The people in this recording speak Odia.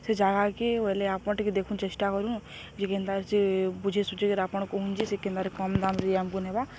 ସେ ଜାଗାକେ ବୋଇଲେ ଆପଣ ଟିକେ ଦେଖୁ ଚେଷ୍ଟା କରୁ ଯେ କେନ୍ତା ସେ ବୁଝି ସୁଝି କିରି ଆପଣ କୁହୁନ ଯେ ସେ କେନ୍ତାରେ କମ୍ ଦାମରେ ଦେଇ ଆମ୍କୁ ନେବା